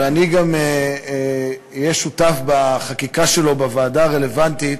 אבל אני גם אהיה שותף בחקיקה שלו בוועדה הרלוונטית,